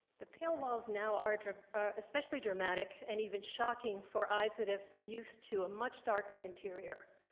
the pale walls now are especially dramatic and even shocking for eyes that have been used to a much darker interior.